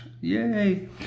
yay